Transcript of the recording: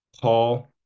Paul